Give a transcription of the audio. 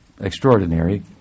extraordinary